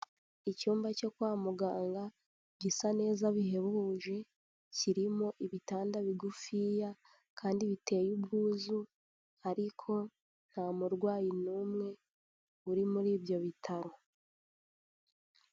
Icyumba cyo kwa muganga gisa neza bihebuje, kirimo ibitanda bigufiya kandi biteye ubwuzu ariko nta murwayi n'umwe uri muri ibyo bitaro.